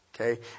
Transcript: Okay